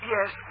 Yes